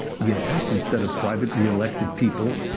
yes, instead of privately elected people,